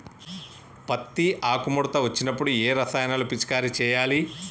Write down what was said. పత్తి ఆకు ముడత వచ్చినప్పుడు ఏ రసాయనాలు పిచికారీ చేయాలి?